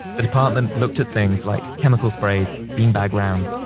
the department looked at things like chemical sprays, beanbag rounds,